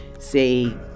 say